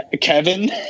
kevin